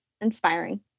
inspiring